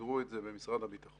סידרו את זה במשרד הביטחון.